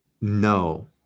no